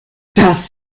das